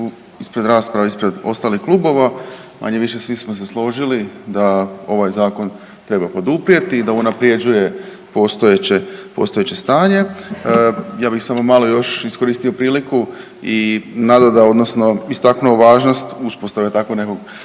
ispred rasprava ispred ostalih klubova, manje-više svi smo se složili da ovaj Zakon treba poduprijeti, da unaprjeđuje postojeće stanje. Ja bih samo malo još iskoristio priliku i nada da odnosno istaknuo važnost uspostave tako nekog,